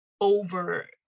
over